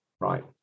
Right